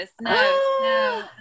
No